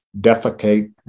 defecate